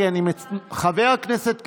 חבר הכנסת קרעי,